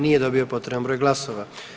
Nije dobio potreban broj glasova.